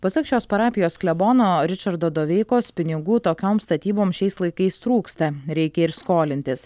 pasak šios parapijos klebono ričardo doveikos pinigų tokioms statyboms šiais laikais trūksta reikia ir skolintis